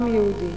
עם יהודי.